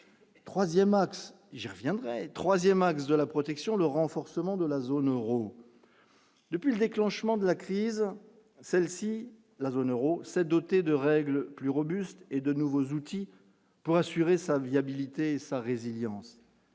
3ème axe de la protection de renforcement de la zone Euro depuis le déclenchement de la crise, celle-ci, la zone Euro s'est doté de règles plus robuste et de nouveaux outils pour assurer sa viabilité, sa résilience.